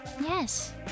yes